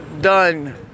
done